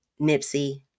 Nipsey